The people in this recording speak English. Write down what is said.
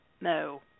No